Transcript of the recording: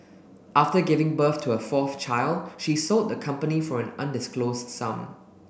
after giving birth to her fourth child she sold the company for an undisclosed sum